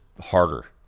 harder